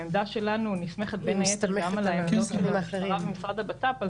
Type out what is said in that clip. העמדה שלנו נסמכת בין היתר גם על העמדות של המשטרה ומשרד הבט"פ.